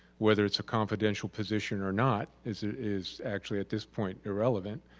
whether it's a confidential position or not, is is actually at this point irrelevant.